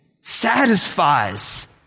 satisfies